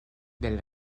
del